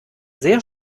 sehr